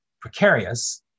precarious